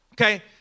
Okay